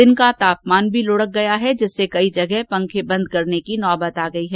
दिन का तापमान लुढ़क गया है जिससे कई जगह पंखें बंद करने की स्थिति आ गई है